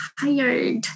tired